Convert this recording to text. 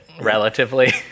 relatively